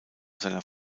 seiner